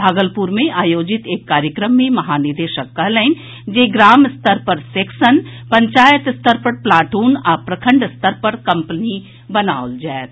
भागलपुर मे आयोजित एक कार्यक्रम मे महानिदेशक कहलनि जे ग्राम स्तर पर सेक्शन पंचायत स्तर पर प्लाटून आ प्रखंड स्तर पर कम्पनी बनाओल जायत